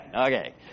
okay